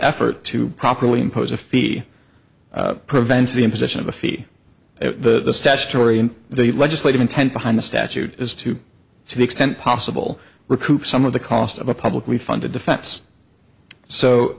effort to properly impose a fee prevents the imposition of a fee at the statutory and the legislative intent behind the statute is to some extent possible recoup some of the cost of a publicly funded defense so